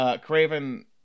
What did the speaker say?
Craven